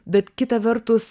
bet kita vertus